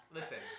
Listen